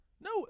no